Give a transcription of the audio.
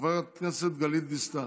חברת הכנסת גלית דיסטל.